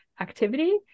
activity